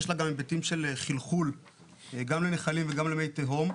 יש לה גם היבטים של חלחול גם לנחלים וגם למי תהום,